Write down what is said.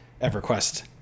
EverQuest